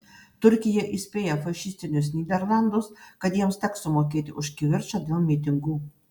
turkija įspėja fašistinius nyderlandus kad jiems teks sumokėti už kivirčą dėl mitingų